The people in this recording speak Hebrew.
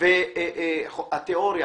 התאוריה